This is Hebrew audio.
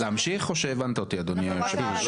טוב, להמשיך או שהבנת אותי, אדוני היושב-ראש?